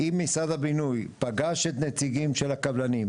אם משרד הבינוי פגש את נציגי הקבלנים,